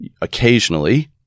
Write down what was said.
occasionally